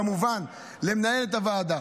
וכמובן למנהלת הוועדה,